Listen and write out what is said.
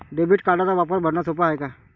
Debit कार्डचा वापर भरनं सोप हाय का?